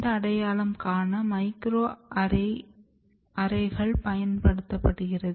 இந்த அடையாளம் காண மைக்ரோஅரேய்களை பயன்பட்டது